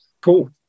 Cool